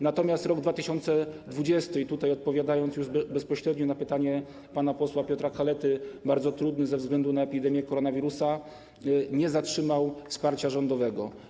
Natomiast 2020 r., i tutaj odpowiadając już bezpośrednio na pytanie pana posła Piotra Kalety, był bardzo trudny ze względu na epidemię koronawirusa, ale nie zatrzymał wsparcia rządowego.